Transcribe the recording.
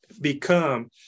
become